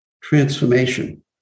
transformation